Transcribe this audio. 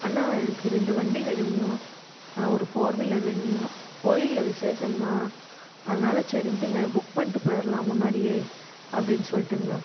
அண்ணா எனக்கு ரெண்டு வண்டி வேணுங்கண்ணா ஆ ஒரு ஃபோர் வீலர் வேணுங்கண்ணா கோயிலில் விசேஷங்கண்ணா அதனால சரின்ட்டு இங்கே புக் பண்ணிட்டு போயிரலாம் முன்னாடியே அப்படின் சொல்லட்டுங்கண்ணா